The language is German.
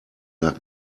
nach